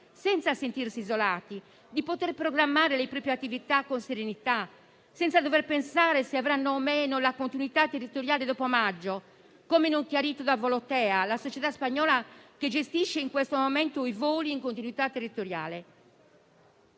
senza sentirsi isolati, e di programmare le proprie attività con serenità, senza dover pensare se avranno o meno la continuità territoriale dopo maggio, come non chiarito da Volotea, la società aerea spagnola che gestisce in questo momento i voli in continuità territoriale.